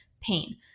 pain